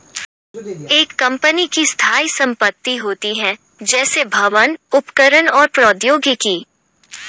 एक कंपनी की स्थायी संपत्ति होती हैं, जैसे भवन, उपकरण और प्रौद्योगिकी